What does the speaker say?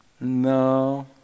No